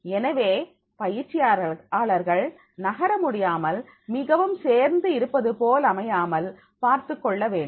எனவே பயிற்சியாளர்கள் நகர முடியாமல் மிகவும் சேர்ந்து இருப்பது போல் அமையாமல் பார்த்துக்கொள்ள வேண்டும்